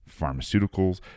pharmaceuticals